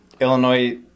Illinois